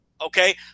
Okay